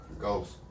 Ghost